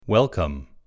Welcome